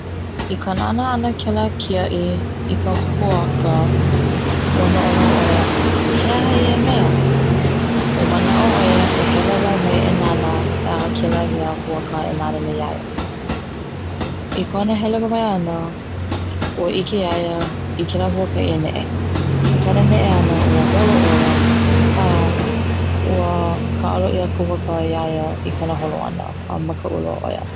I ka nānā ʻana kela kiaʻi i ka hoaka ua noʻonoʻo ʻoia he aha ʻia mea, ua manaʻo ʻoia e hele wāwae e nānā he aha kela hoaka e nana nei ia ia, i kona hele wāwae ana ua ʻike ia ia i kela hoaka e neʻe i kana neʻe ana ua holo ʻoia a ua kaalo ia ka hoaka ia ia i kana holo ana a makaʻu loa ʻo ia.